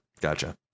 gotcha